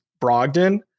Brogdon